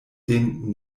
den